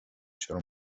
چرا